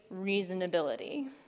reasonability